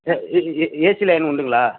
ஏ ஏ ஏ AC line உண்டுங்களா